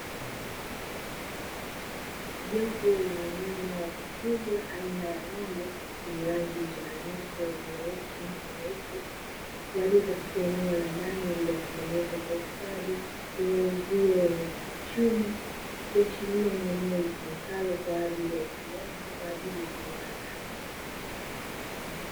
Jopo la wanyama wa kufugwa aina ya ng'ombe wenye rangi mchanganyiko nyeusi na nyeupe, walio katika eneo la ndani lililotengenezwa kwa ustadi lenye uzio wenye chuma; ikiashiria ni eneo litumikalo kwa ajili ya ufugaji kwa ajili ya viwanda.